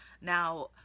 Now